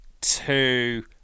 two